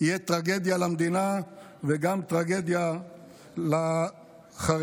יהיה טרגדיה למדינה וגם טרגדיה לחרדים.